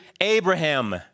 Abraham